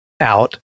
out